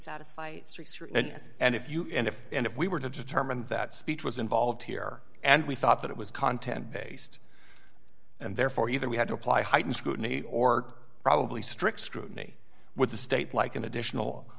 it's and if you and if and if we were to determine that speech was involved here and we thought that it was content based and therefore either we had to apply heightened scrutiny or probably strict scrutiny with the state like an additional